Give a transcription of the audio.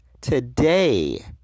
today